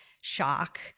shock